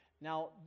Now